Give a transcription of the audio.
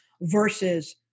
versus